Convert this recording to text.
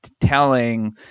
telling